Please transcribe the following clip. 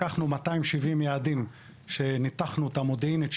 לקחנו 270 יעדים שניתחנו אותם מודיעינית,